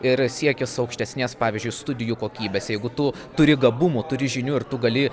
ir siekis aukštesnės pavyzdžiui studijų kokybės jeigu tu turi gabumų turi žinių ir tu gali